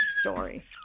story